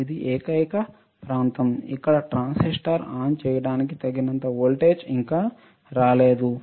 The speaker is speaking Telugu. ఇది ఏకైక ప్రాంతం ఇక్కడ ట్రాన్సిస్టర్ ఆన్ చేయడానికి తగినంత వోల్టేజ్ ఇంకా రాలేదు